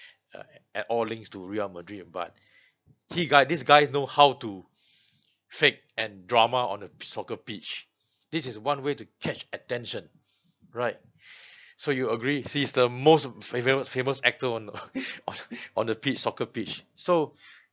uh at all links to real madrid but he got this guys know how to fake and drama on the pi~ soccer pitch this is one way to catch attention right so you agree he's the most favorite famous actor on on on the pitch soccer pitch so